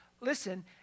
listen